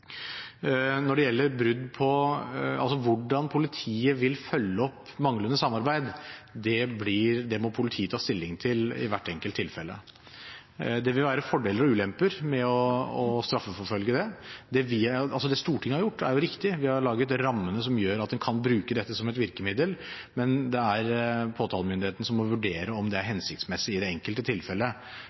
Hvordan politiet vil følge opp manglende samarbeid, må politiet ta stilling til i hvert enkelt tilfelle. Det vil være fordeler og ulemper med å straffeforfølge. Det Stortinget har gjort, er jo riktig, de har laget rammene som gjør at man kan bruke dette som et virkemiddel, men det er påtalemyndigheten som må vurdere om det er hensiktsmessig i det enkelte